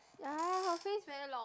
ya her face very long